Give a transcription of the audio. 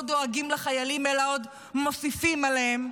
דואגים לחיילים אלא עוד מוסיפים עליהם.